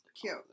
Cute